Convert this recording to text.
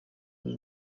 muri